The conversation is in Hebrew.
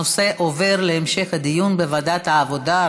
הנושא עובר להמשך הדיון בוועדת העבודה,